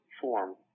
form